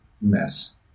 mess